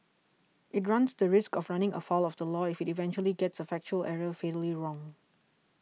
it runs the risk of running afoul of the law if it eventually gets a factual error fatally wrong